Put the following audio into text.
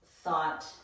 thought